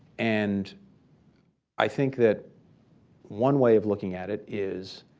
and i think that one way of looking at it is